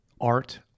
art